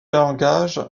langage